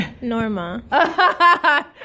Norma